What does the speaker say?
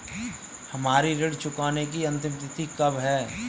हमारी ऋण चुकाने की अंतिम तिथि कब है?